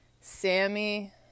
Sammy